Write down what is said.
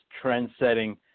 trend-setting